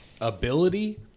ability